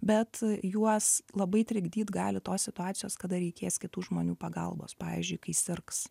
bet juos labai trikdyt gali tos situacijos kada reikės kitų žmonių pagalbos pavyzdžiui kai sirgs